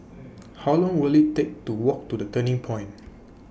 How Long Will IT Take to Walk to The Turning Point